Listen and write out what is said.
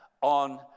on